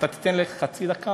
אתה תיתן לי חצי דקה?